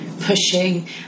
pushing